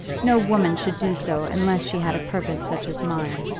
no woman should do so unless she had a purpose such as mine.